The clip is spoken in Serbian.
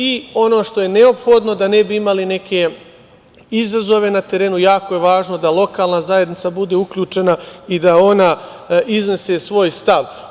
I, ono što je neophodno, da ne bi imali neke izazove na terenu, jako je važno da lokalna zajednica bude uključena i da ona iznese svoj stav.